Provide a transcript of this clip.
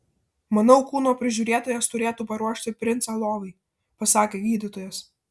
manau kūno prižiūrėtojas turėtų paruošti princą lovai pasakė gydytojas